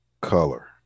color